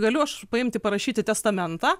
galiu aš paimti parašyti testamentą